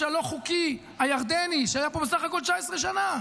הלא-חוקי הירדני שהיה פה בסך הכול 19 שנה.